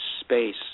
space